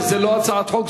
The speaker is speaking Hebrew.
שזה לא הצעת חוק,